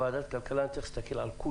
כוועדת כלכלה, אני צריך להסתכל על כולם.